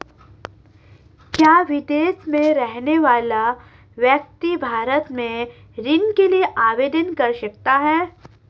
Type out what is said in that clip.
क्या विदेश में रहने वाला व्यक्ति भारत में ऋण के लिए आवेदन कर सकता है?